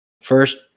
First